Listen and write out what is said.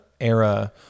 era